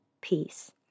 peace